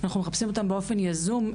אנחנו מחפשים אותם באופן יזום.